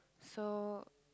so